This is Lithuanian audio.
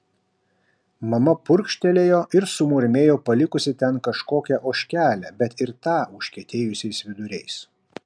mama purkštelėjo ir sumurmėjo palikusi ten kažkokią ožkelę bet ir tą užkietėjusiais viduriais